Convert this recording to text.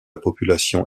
population